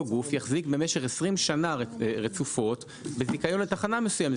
גוף יחזיק במשך 20 שנה רצופות בזיכיון לתחנה מסוימת.